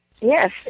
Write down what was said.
Yes